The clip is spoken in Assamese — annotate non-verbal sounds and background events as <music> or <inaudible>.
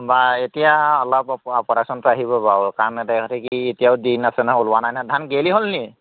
বা এতিয়া অলপ প্ৰডাকচনটো আহিব বাৰু কাৰণ <unintelligible> কথা কি এতিয়াও দিন আছে নহয় ওলোৱা নাই নহয় ধান গেৰেলি হ'ল নেকি